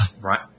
Right